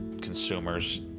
consumers